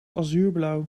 azuurblauw